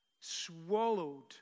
swallowed